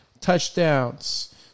touchdowns